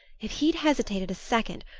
if he'd hesitated a second,